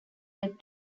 led